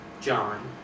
John